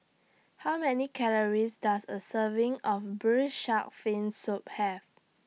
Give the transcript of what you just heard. How Many Calories Does A Serving of Braised Shark Fin Soup Have